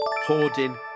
hoarding